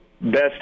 best